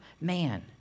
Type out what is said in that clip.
man